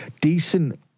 decent